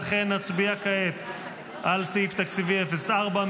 לכן נצביע כעת על סעיף תקציבי 04,